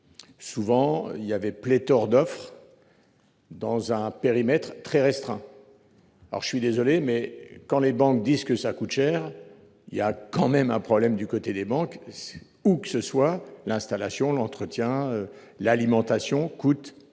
Souvent il y avait pléthore d'offres. Dans un périmètre très restreint. Alors je suis désolé mais quand les banques disent que ça coûte cher. Il y a quand même un problème du côté des banques. Ou que ce soit l'installation l'entretien, l'alimentation coûte. Globalement,